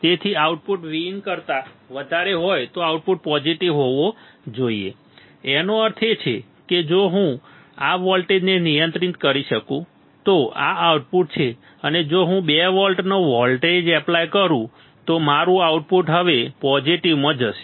તેથી output Vin કરતા વધારે હોય તો આઉટપુટ પોઝિટિવ હોવું જોઈએ તેનો અર્થ એ છે કે જો હું આ વોલ્ટેજને નિયંત્રિત કરી શકું તો આ આઉટપુટ છે અને જો હું 2 વોલ્ટનો વોલ્ટેજ એપ્લાય કરું તો મારું આઉટપુટ હવે પોઝિટિવમાં જશે